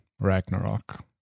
Ragnarok